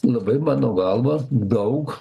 labai mano galva daug